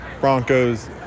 Broncos